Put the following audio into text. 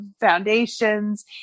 foundations